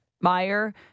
Meyer